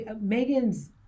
Megan's